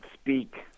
speak